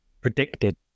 predicted